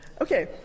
Okay